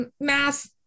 math